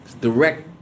Direct